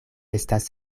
estas